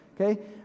okay